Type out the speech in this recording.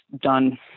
done